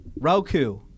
Roku